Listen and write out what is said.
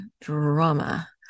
drama